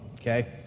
okay